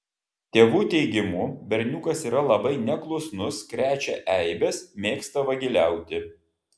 tėvų teigimu berniukas yra labai neklusnus krečia eibes mėgsta vagiliauti